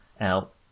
out